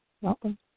Welcome